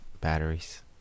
batteries